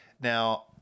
Now